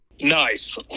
nice